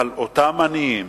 אבל אותם עניים,